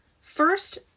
First